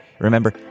Remember